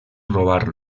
robar